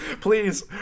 Please